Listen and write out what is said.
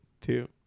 two